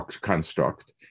construct